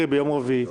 קרי ביום רביעי.